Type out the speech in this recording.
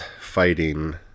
fighting